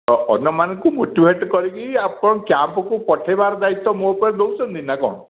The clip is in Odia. ଅନ୍ୟମାନଙ୍କୁ ମୋଟିଭେଟ୍ କରିକି ଆପଣଙ୍କ କ୍ୟାମ୍ପ୍କୁ ପଠାଇବାର ଦାୟିତ୍ଵ ମୋ ଉପରେ ଦେଉଛନ୍ତି ନା କ'ଣ